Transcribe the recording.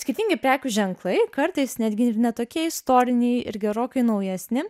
skirtingi prekių ženklai kartais netgi ir ne tokie istoriniai ir gerokai naujesni